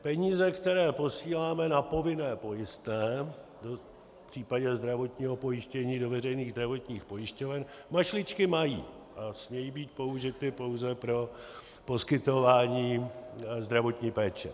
Peníze, které posíláme na povinné pojistné v případě zdravotního pojištění do veřejných zdravotních pojišťoven, mašličky mají a smějí být použity pouze pro poskytování zdravotní péče.